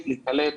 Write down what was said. למה,